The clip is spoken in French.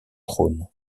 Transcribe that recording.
trône